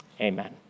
Amen